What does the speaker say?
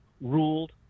ruled